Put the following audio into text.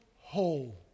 whole